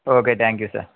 okay thank you sir